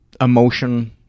emotion